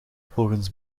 volgens